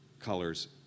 colors